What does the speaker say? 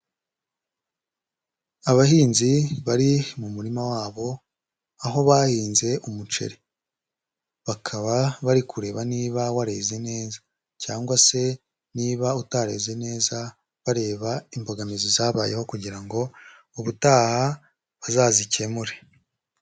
Abahinzi bari mu murima wabo aho bahinze umuceri, bakaba bari kureba niba wareze neza cyangwa se niba utareze neza, bareba imbogamizi zabayeho kugira ngo ubutaha bazazikemure.